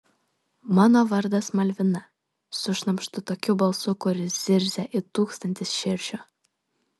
mano vardas malvina sušnabždu tokiu balsu kuris zirzia it tūkstantis širšių